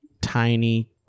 tiny